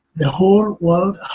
the whole world